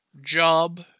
job